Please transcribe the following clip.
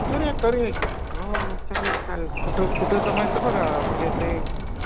करूया करूया की हो हो चालेल चालेल कुठं कुठं जमायचं बघा म्हणजे ते